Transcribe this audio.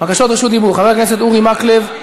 בקשות רשות דיבור, חבר הכנסת אורי מקלב.